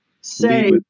say